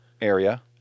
area